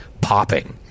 popping